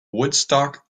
woodstock